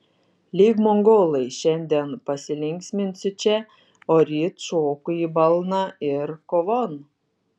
lyg mongolai šiandien pasilinksminsiu čia o ryt šoku į balną ir kovon